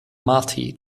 marty